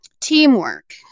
teamwork